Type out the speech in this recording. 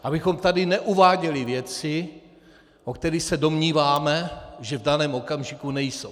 Abychom tady neuváděli věci, o kterých se domníváme, že v daném okamžiku nejsou.